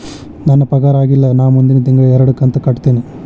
ನನ್ನ ಪಗಾರ ಆಗಿಲ್ಲ ನಾ ಮುಂದಿನ ತಿಂಗಳ ಎರಡು ಕಂತ್ ಕಟ್ಟತೇನಿ